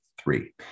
three